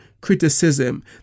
criticism